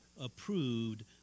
approved